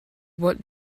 what